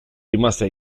rimasta